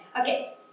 okay